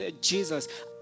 Jesus